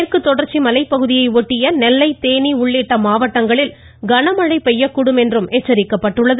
மேற்குதொடர்ச்சி மலைப் பகுதியை ஷட்டிய நெல்லை தேனி உள்ளிட்ட மாவட்டங்களில் கனமழை பெய்யக்கூடும் என்றும் எச்சரிக்கப்பட்டுள்ளது